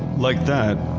like that,